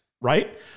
right